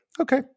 okay